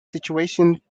situation